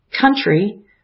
country